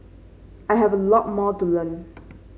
I have a lot more to learn